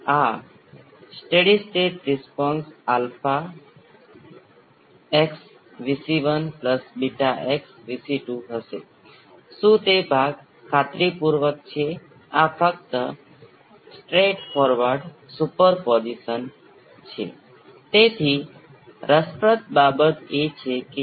જો તમે માત્ર નેચરલ રિસ્પોન્સ ને ધ્યાનમાં લો જે તમને V s ને 0 પર સેટ કરીને મળે છે જો તમે અહીં V s થી 0 કહ્યું હોય તો તમને કંઈક મળે છે જો તે V s થી 0 અહીં તમને બીજું કંઈક મળે છે તમે જુઓ છો કે પ્રથમ અને ત્રીજા પદ સમાન છે પરંતુ મધ્યમાં પદ અલગ છે